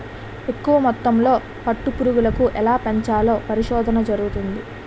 ఎక్కువ మొత్తంలో పట్టు పురుగులను ఎలా పెంచాలో పరిశోధన జరుగుతంది